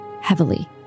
heavily